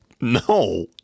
no